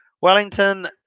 wellington